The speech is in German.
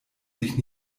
sich